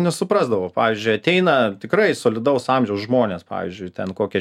nesuprasdavau pavyzdžiui ateina tikrai solidaus amžiaus žmonės pavyzdžiui ten kokią